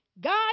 God